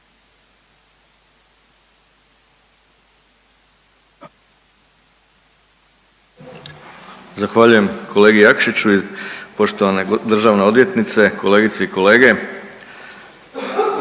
Zahvaljujem kolegi Jakšiću i poštovane državna odvjetnice, kolegice i kolege.